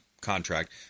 contract